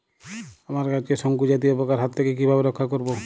আমার গাছকে শঙ্কু জাতীয় পোকার হাত থেকে কিভাবে রক্ষা করব?